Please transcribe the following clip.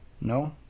No